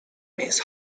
means